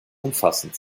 umfassend